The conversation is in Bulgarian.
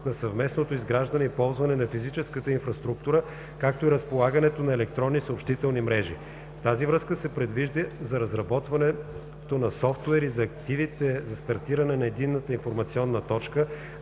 на съвместното изграждане и ползване на физическата инфраструктура, както и разполагането на електронни съобщителни мрежи. В тази връзка се предвижда за разработването на софтуер и за активите за стартиране на ЕИТ да се използват